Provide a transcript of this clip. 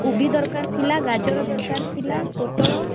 କୋବି ଦରକାର ଥିଲା ଗାଜର ଦରକାର ଥିଲା ପୋଟଳ